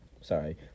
sorry